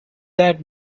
that